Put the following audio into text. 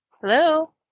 Hello